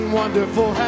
wonderful